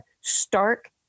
stark